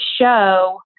show